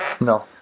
No